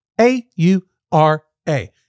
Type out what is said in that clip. A-U-R-A